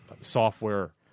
software